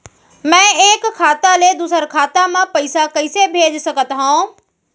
मैं एक खाता ले दूसर खाता मा पइसा कइसे भेज सकत हओं?